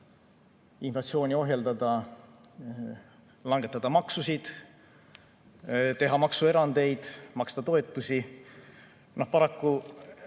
inflatsiooni ohjeldada: langetada maksusid, teha maksuerandeid, maksta toetusi.